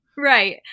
Right